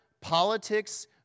politics